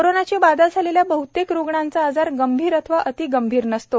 कोरोनाची बाधा झालेल्या बहतेक रुग्णाचा आजार गंभीर अथवा अति गंभीर नसतो